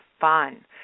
fun